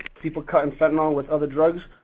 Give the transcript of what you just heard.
people cutting fentanyl with other drugs.